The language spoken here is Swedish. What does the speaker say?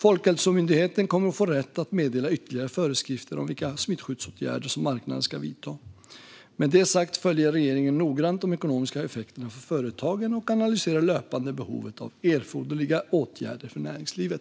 Folkhälsomyndigheten kommer att få rätt att meddela ytterligare föreskrifter om vilka smittskyddsåtgärder som marknader ska vidta. Med det sagt följer regeringen noggrant de ekonomiska effekterna för företagen och analyserar löpande behovet av erforderliga åtgärder för näringslivet.